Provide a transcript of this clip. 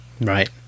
right